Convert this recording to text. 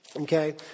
okay